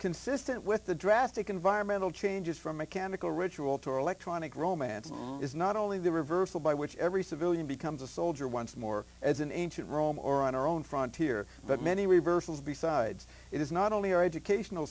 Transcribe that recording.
consistent with the drastic environmental changes from mechanical ritual to electronic romance is not only the reversal by which every civilian becomes a soldier once more as in ancient rome or on our own front here but many reversals besides it is not only our educational